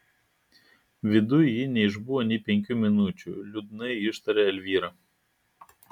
viduj ji neišbuvo nė penkių minučių liūdnai ištarė elvyra